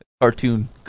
cartoon